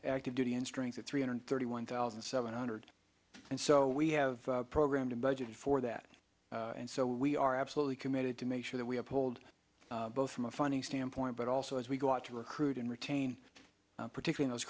active duty end strength of three hundred thirty one thousand seven hundred and so we have a program to budgeted for that and so we are absolutely committed to make sure that we uphold both from a funding standpoint but also as we go out to recruit and retain particular those